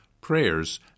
prayers